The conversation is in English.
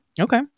Okay